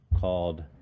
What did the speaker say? called